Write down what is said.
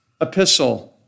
epistle